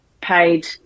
paid